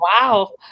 Wow